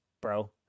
bro